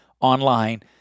online